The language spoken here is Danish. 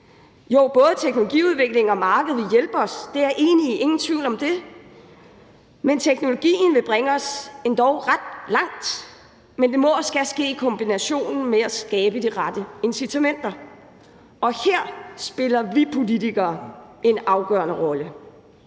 Jo, både teknologiudvikling og marked vil hjælpe os, det er jeg enig i, ingen tvivl om det. Teknologien vil bringe os endog ret langt. Men det må og skal ske i kombination med at skabe de rette incitamenter, og her spiller vi politikere en afgørende rolle.